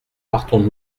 partons